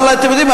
אבל אתם יודעים,